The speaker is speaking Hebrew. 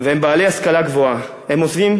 והם בעלי השכלה גבוהה, הם עוזבים